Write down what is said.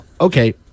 okay